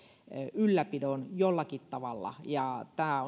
ylläpidon jollakin tavalla ja tämä